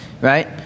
right